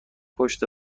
پشت